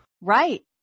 Right